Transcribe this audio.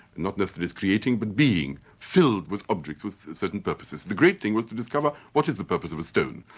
not necessarily as creating, but being, filled with objects of certain purposes. the great thing was to discover what is the purpose of a stone.